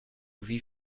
wie